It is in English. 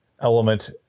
element